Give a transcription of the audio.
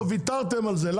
פה ויתרתם על זה.